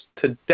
today